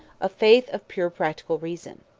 a faith of pure practical reason.